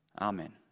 amen